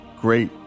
great